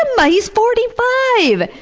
him! he's forty-five!